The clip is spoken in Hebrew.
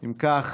אם כך,